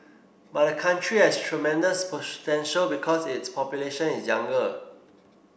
but the country has tremendous potential because its population is younger